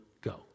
go